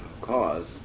cause